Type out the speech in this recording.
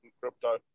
crypto